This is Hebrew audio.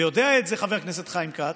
ויודע את זה חבר הכנסת חיים כץ.